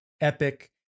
epic